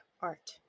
art